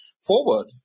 forward